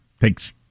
takes